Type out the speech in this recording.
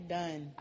done